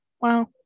wow